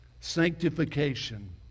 Sanctification